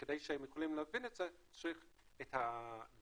וכדי שהם יוכלו להבין את זה צריך את הדיווח,